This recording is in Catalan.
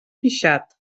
pixat